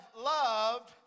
loved